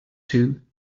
two